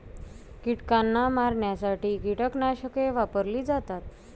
कीटकांना मारण्यासाठी कीटकनाशके वापरली जातात